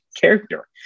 character